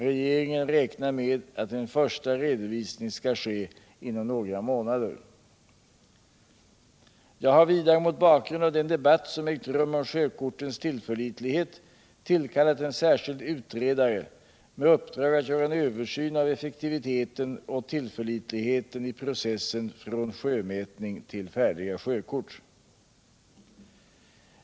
Regeringen räknar med att en första redovisning skall ske inom några månader. Jag har vidare mot bakgrund av den debatt som ägt rum om sjökortens tillförlitlighet tillkallat en särskild utredare med uppdrag att göra en översyn av effektiviteten och tillförlitligheten i processen från sjömätning till färdiga sjökort.